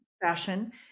fashion